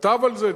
כתב על זה,